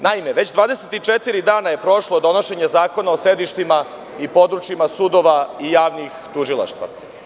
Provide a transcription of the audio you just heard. Naime, već 24 dana je prošlo od donošenja Zakona o sedištima i područjima sudova i javnih tužilaštava.